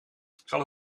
zal